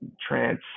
trance